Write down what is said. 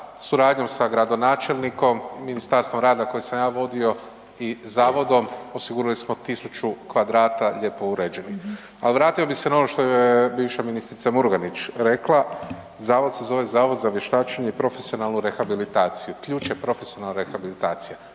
suradnjom sa gradonačelnikom, Ministarstvom rada koji sam ja vodio i zavodom osigurali smo tisuću kvadrata lijepo uređenih. Ali vratio bih se na ono što je bivše ministra Murganić rekla, zavod se zove Zavod za vještačenje i profesionalnu rehabilitaciju, ključ je profesionalna rehabilitacija.